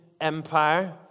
Empire